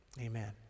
amen